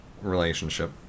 relationship